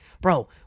Bro